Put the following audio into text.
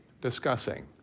discussing